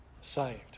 saved